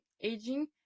aging